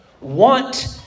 want